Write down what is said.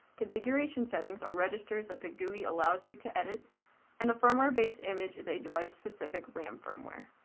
configuration settings or registers that the gui allows you to edit and the firmer base image is a device specific ram firmware.